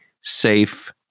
safe